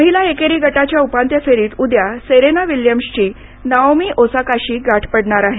महिला एकेरी गटाच्या उपान्त्य फेरीत उद्या सेरेना विल्यम्सची नाओमी ओसाकाशी गाठ पडणार आहे